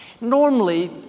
Normally